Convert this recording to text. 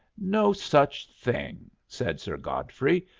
no such thing, said sir godfrey.